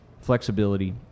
flexibility